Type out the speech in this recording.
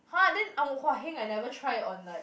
!huh! then heng I never try on like